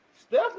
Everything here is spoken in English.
Steph